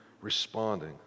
responding